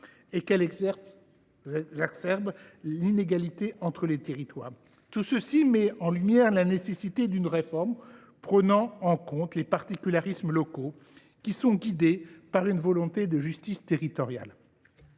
fait qu’exacerber les inégalités entre territoires. Tout cela met en lumière la nécessité d’une réforme prenant en compte les particularismes locaux et guidée par une volonté de justice territoriale.